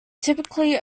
typically